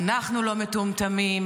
אנחנו לא מטומטמים.